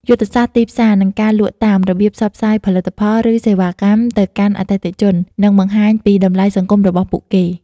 យុទ្ធសាស្រ្តទីផ្សារ និងការលក់តាម របៀបផ្សព្វផ្សាយផលិតផល ឬសេវាកម្មទៅកាន់អតិថិជន និងបង្ហាញពីតម្លៃសង្គមរបស់ពួកគេ។